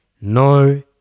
No